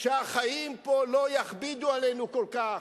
שהחיים פה לא יכבידו עלינו כל כך,